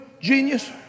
genius